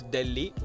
Delhi